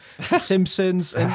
Simpsons